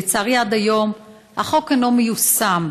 לצערי, עד היום החוק אינו מיושם.